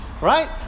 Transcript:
right